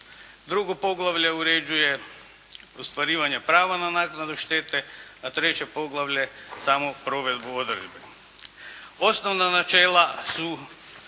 Drugo poglavlje uređuje ostvarivanje prav na naknadu štete, a treće poglavlje samo provedbu odredbe. Osnovna načela su